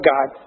God